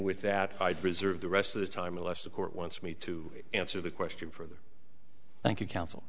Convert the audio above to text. with that i'd reserve the rest of the time unless the court wants me to answer the question for them thank you counsel